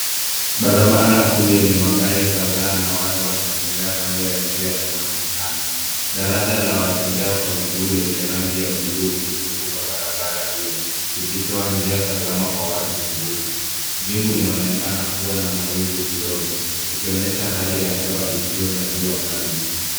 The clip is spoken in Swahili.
Barabara kuu yenye magari kadhaa na watu wanaotembea kando ya njia inaonekana. Daraja la watembea kwa miguu lenye rangi ya buluu imevuka barabara hio likitoa njia salama kwa watu kuvuka. Mbingu inaonekana kuwa na mawingu kidogo ikionyesha hali ya hewa isiyo na jua kali.